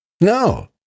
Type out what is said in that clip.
No